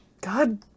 God